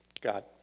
God